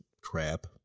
crap